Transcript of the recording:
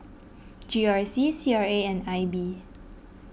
G R C C R A and I B